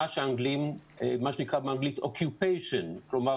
במה שנקרא באנגלית akupation - שליטה.